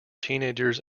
teenagers